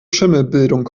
schimmelbildung